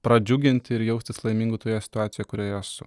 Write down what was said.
pradžiuginti ir jaustis laimingu toje situacijoje kurioje esu